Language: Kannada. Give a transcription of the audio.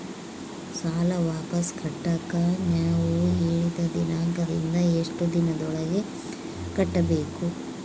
ಸಾಲ ವಾಪಸ್ ಕಟ್ಟಕ ನೇವು ಹೇಳಿದ ದಿನಾಂಕದಿಂದ ಎಷ್ಟು ದಿನದೊಳಗ ಕಟ್ಟಬೇಕು?